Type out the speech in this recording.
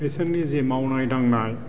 बिसोरनि जि मावनाय दांनाय